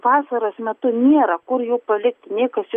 vasaros metu nėra kur jų palikti niekas jų